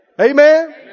Amen